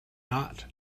not